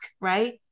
right